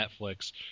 Netflix